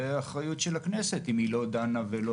זה אחריות של הכנסת אם היא לא דנה ולא